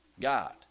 God